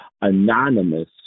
anonymous